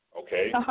okay